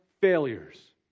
failures